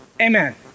Amen